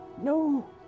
No